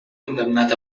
condemnat